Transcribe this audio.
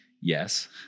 yes